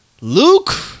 Luke